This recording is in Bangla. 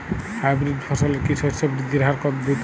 হাইব্রিড ফসলের কি শস্য বৃদ্ধির হার দ্রুত?